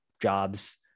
jobs